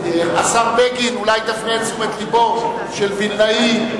סגן שר הביטחון ישיב על שאילתא 209,